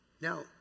Now